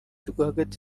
rwagati